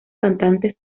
cantantes